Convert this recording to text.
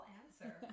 answer